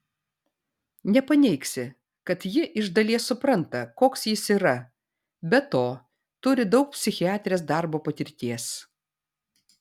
nepaneigsi kad ji iš dalies supranta koks jis yra be to turi daug psichiatrės darbo patirties